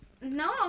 No